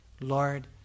Lord